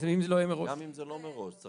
אם זה לא יהיה מראש?